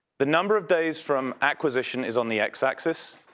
the number of days from acquisition is on the x axis.